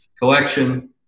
collection